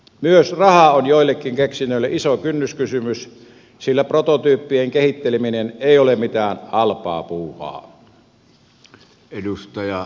myös raha on joillekin keksinnöille iso kynnyskysymys sillä prototyyppien kehitteleminen ei ole mitään halpaa puuhaa